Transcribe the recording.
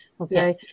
Okay